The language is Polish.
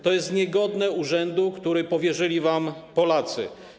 To jest niegodne urzędu, który powierzyli wam Polacy.